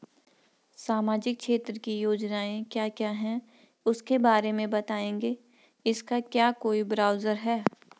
सामाजिक क्षेत्र की योजनाएँ क्या क्या हैं उसके बारे में बताएँगे इसका क्या कोई ब्राउज़र है?